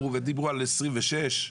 ודיברו על 26,